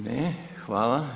Ne, hvala.